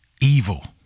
evil